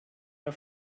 der